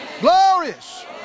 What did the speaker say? Glorious